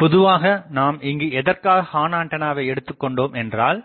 பொதுவாக நாம் இங்கு எதற்காக ஹார்ன்ஆண்டனாவை எடுத்துக்கொண்டோம் என்றால்